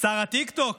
שר הטיקטוק.